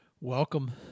Welcome